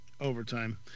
Overtime